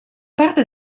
parte